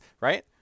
Right